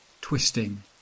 twisting